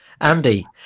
Andy